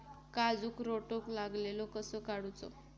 काजूक रोटो लागलेलो कसो काडूचो?